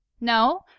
No